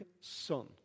son